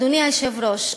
אדוני היושב-ראש,